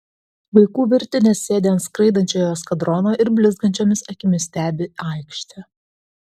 vaikų virtinės sėdi ant skraidančiojo eskadrono ir blizgančiomis akimis stebi aikštę